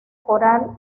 coral